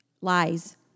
lies